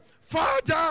Father